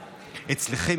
אצלכם,